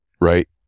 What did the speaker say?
right